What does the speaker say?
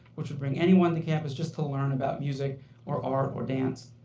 which will bring anyone to campus just to learn about music or art or dance.